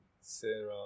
Sarah